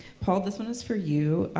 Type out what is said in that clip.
paul, this one is for you.